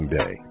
day